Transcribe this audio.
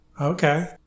Okay